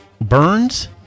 Burns